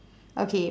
okay